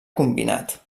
combinat